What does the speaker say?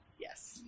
Yes